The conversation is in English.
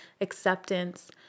acceptance